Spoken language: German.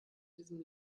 diesem